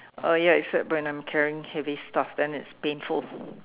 uh ya except when I'm carrying heavy stuff then it's painful